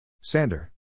Sander